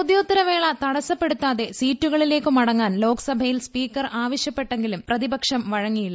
ചോദ്യോത്തര വേള തടസ്സപ്പെടുത്താതെ സീറ്റുകളിലേക്ക് മടങ്ങാൻ ലോക്സഭയിൽ സ്പീക്കർ ആവശ്യപ്പെട്ടെങ്കിലും പ്രതിപക്ഷം വഴങ്ങിയില്ല